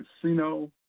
Casino